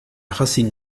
racine